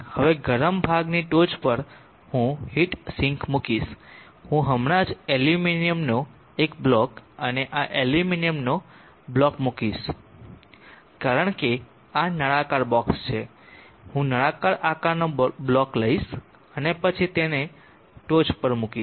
હવે ગરમ ભાગની ટોચ પર હું હીટ સિંક મૂકીશ હું હમણાં જ એલ્યુમિનિયમનો એક બ્લોક અને આ એલ્યુમિનિયમનો બ્લોક મૂકીશ કારણ કે આ નળાકાર બોક્ષ છે હું નળાકાર આકારનો બ્લોક લઈશ અને પછી તેને ટોચ પર મૂકીશ